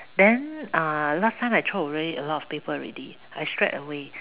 then uh last time I throw away a lot of paper already I shred away